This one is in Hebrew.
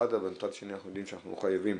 אבל מצד שני אנחנו יודעים שאנחנו חייבים.